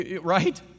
right